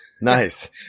Nice